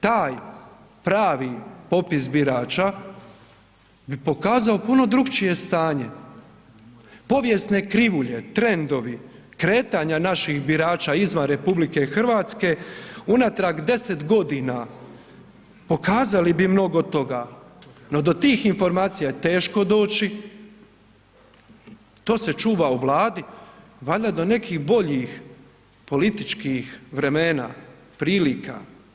Taj pravi popis birača bi pokazao puno drukčije stanje, povijesne krivulje, trendovi kretanja naših birača izvan RH unatrag 10 godina pokazali bi mnogi toga, no do tih informacija je teško doći, to se čuva u Vladi valjda do nekih boljih političkih vremena, prilika.